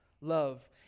love